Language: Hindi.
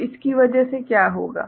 तो इसकी वजह से क्या होगा